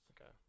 Okay